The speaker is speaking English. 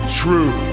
true